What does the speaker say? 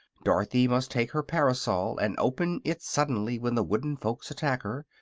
dorothy must take her parasol and open it suddenly when the wooden folks attack her.